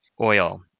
oil